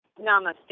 Namaste